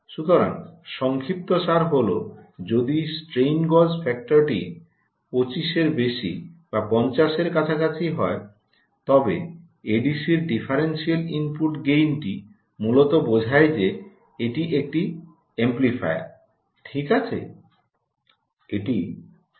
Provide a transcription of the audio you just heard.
সুতরাং সংক্ষিপ্তসার হল যদি স্ট্রেন গজ ফ্যাক্টরটি 25 এর বেশি বা 50 এর কাছাকাছি হয় তবে এডিসির ডিফারেন্সিয়াল ইনপুট গেইনটি মূলত বোঝায় যে এটি একটি এমপ্লিফায়ার ঠিক আছে